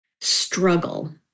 Struggle